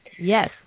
Yes